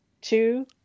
two